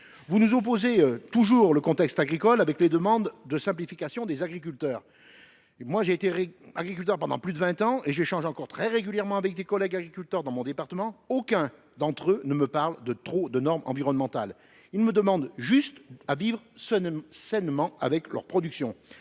Vous nous opposez le contexte agricole, avec les demandes de simplification des agriculteurs. J’ai été agriculteur pendant plus de vingt ans et j’échange encore très régulièrement avec des collègues agriculteurs de mon département : aucun d’entre eux ne me parle d’un excès de normes environnementales. Ils demandent juste à vivre sainement de leur production.